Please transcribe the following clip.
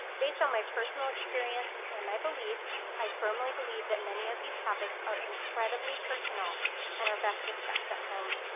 based on my personal experience and my beliefs, i firmly believe that many of these topics are incredibly personal and are best discussed at home.